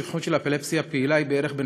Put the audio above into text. השכיחות של אפילפסיה פעילה היא בערך בין